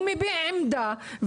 הוא מביע עמדה,